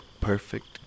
perfect